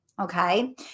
Okay